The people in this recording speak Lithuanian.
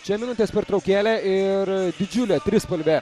čia minutės pertraukėlė ir didžiulė trispalvė